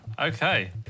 Okay